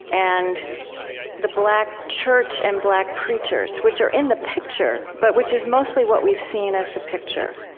and the black church and black preachers, which are in the picture, but which is mostly what we've seen as the picture.